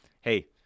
hey